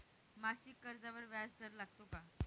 मासिक कर्जावर व्याज दर लागतो का?